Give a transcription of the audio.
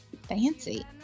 fancy